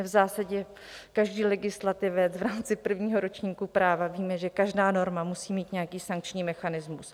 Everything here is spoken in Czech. Jsme v zásadě, každý legislativec v rámci prvního ročníku práva víme, že každá norma musí mít nějaký sankční mechanismus.